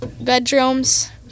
bedrooms